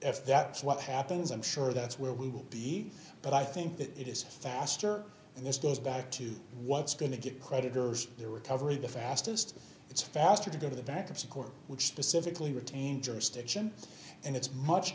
if that's what happens i'm sure that's where we will be but i think that it is faster and this goes back to what's going to get creditors there were temporary the fastest it's faster to go to the bankruptcy court which specifically retained jurisdiction and it's much